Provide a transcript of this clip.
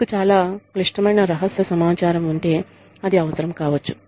మీకు చాలా క్లిష్టమైన రహస్య సమాచారం ఉంటే అది అవసరం కావచ్చు